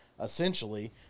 Essentially